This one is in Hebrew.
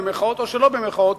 במירכאות או שלא במירכאות,